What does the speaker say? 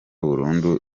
burundu